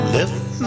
Left